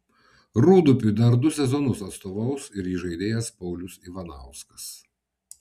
rūdupiui dar du sezonus atstovaus ir įžaidėjas paulius ivanauskas